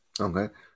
Okay